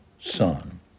Son